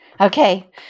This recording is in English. Okay